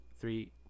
three